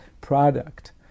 product